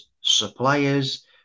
suppliers